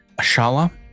Ashala